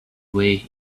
way